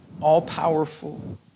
all-powerful